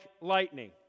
lightning